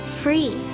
free